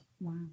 Wow